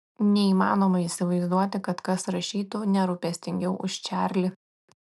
neįmanoma įsivaizduoti kad kas rašytų nerūpestingiau už čarlį